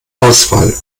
auswahl